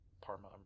Parma